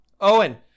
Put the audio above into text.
Owen